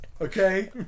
Okay